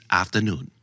afternoon